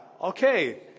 okay